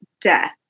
death